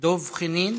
דב חנין,